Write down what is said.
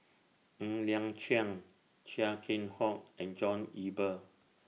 Ng Liang Chiang Chia Keng Hock and John Eber